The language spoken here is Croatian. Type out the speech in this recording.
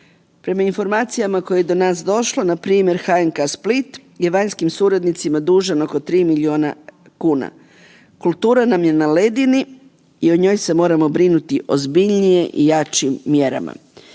Prema informacijama koje je do nas došlo, npr. HNK Split je vanjskim suradnicima dužan oko 3 milijuna kuna. Kulture nam je na ledini i o njoj se moramo brinuti ozbiljnije i jačim mjerama.